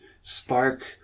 spark